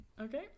okay